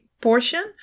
portion